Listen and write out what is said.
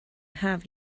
have